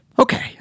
Okay